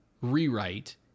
rewrite